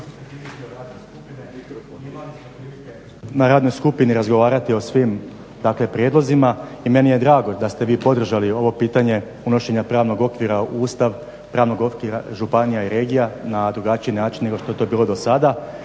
na radnoj skupini razgovarati o svim, dakle prijedlozima i meni je drago da ste vi podržali ovo pitanje unošenja pravnog okvira u Ustav, pravnog okvira županija i regija na drugačiji način nego što je to bilo do sada.